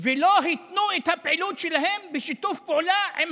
ולא התנו את הפעילות שלהם בשיתוף פעולה עם